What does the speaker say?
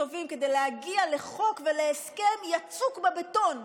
טובים כדי להגיע לחוק ולהסכם יצוק בבטון,